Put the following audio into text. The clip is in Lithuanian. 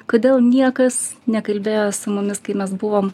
kodėl niekas nekalbėjo su mumis kai mes buvom